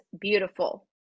beautiful